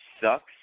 sucks